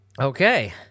Okay